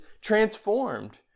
transformed